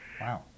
Wow